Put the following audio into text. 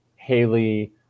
Haley